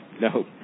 No